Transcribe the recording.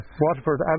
Waterford